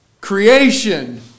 creation